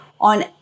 on